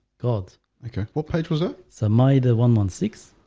god, okay what page was a sum? either one one six?